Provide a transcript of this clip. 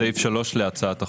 סעיף 3 להצעת החוק,